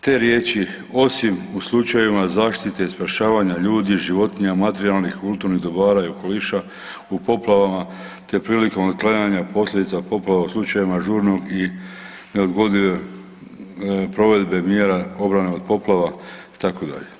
Te riječi osim u slučajevima zaštite i spašavanja ljudi, životinja, materijalnih i kulturnih dobara i okoliša u poplavama te prilikom otklanjanja posljedica poplava u slučajevima žurnog i neodgodive provedbe mjera obrane od poplava itd.